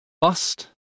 Bust